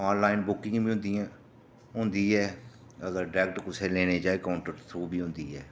online booking बी होंदी ऐ अगर डायरैक्ट कोई लैना चाहे तो बी होंदी ऐ